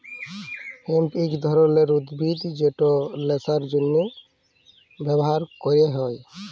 hemp ইক ধরলের উদ্ভিদ যেট ল্যাশার জ্যনহে ব্যাভার ক্যরা হ্যয়